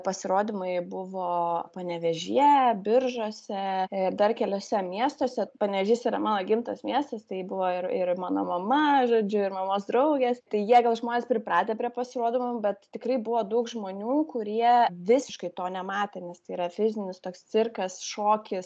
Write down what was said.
pasirodymai buvo panevėžyje biržuose ir dar keliuose miestuose panevėžys yra mano gimtas miestas tai buvo ir ir mano mama žodžiu ir mamos draugės tai jie gal žmonės pripratę prie pasirodymų bet tikrai buvo daug žmonių kurie visiškai to nematę nes tai yra fizinis toks cirkas šokis